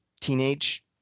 teenage